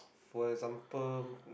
for example